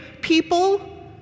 people